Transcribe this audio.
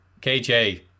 KJ